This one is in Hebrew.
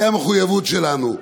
זו המחויבות שלנו.